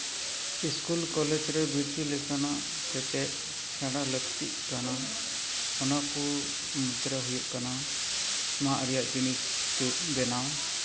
school college ᱨᱮ ᱵᱨᱤᱛᱛᱤ ᱞᱮᱠᱟᱱᱟᱜ ᱥᱮᱪᱮᱫ ᱥᱮᱬᱟ ᱞᱟᱹᱠᱛᱤᱜ ᱠᱟᱱᱟ ᱚᱱᱟ ᱠᱚ ᱢᱚᱫᱽᱫᱷᱮ ᱨᱮ ᱦᱩᱭᱩᱜ ᱠᱟᱱᱟ ᱱᱚᱣᱟ ᱮᱨᱤᱭᱟ ᱨᱮᱭᱟᱜ ᱡᱤᱱᱤᱥ ᱵᱮᱱᱟᱣ